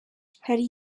hari